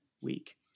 week